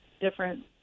different